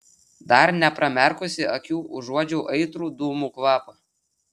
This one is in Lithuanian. dar nepramerkusi akių užuodžiau aitrų dūmų kvapą